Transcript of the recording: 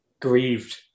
Grieved